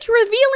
revealing